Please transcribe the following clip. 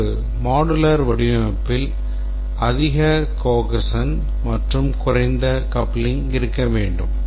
ஒரு modular வடிவமைப்பில் அதிக cohesion மற்றும் குறைந்த coupling இருக்க வேண்டும்